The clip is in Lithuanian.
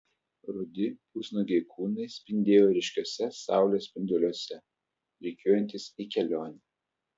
rudi pusnuogiai kūnai spindėjo ryškiuose saulės spinduliuose rikiuojantis į kelionę